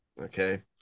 Okay